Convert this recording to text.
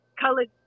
colored